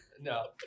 no